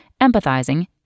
empathizing